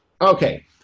Okay